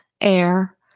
air